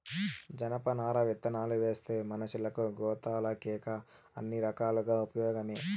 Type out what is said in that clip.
జనపనార విత్తనాలువేస్తే మనషులకు, గోతాలకేకాక అన్ని రకాలుగా ఉపయోగమే